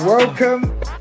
welcome